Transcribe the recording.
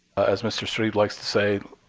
as mr. strebe likes to say,